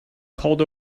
called